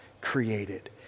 created